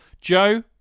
Joe